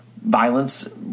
violence